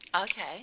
Okay